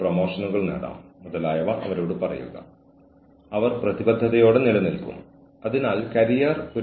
അനുസരണക്കേടുമായി ബന്ധപ്പെട്ട പ്രശ്നങ്ങൾ തടയുന്നതിന് വാക്കാലുള്ള ഉത്തരവുകൾക്ക് പകരം രേഖാമൂലമുള്ള ഉത്തരവുകൾ എപ്പോഴും സഹായകരമാണ്